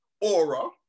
aura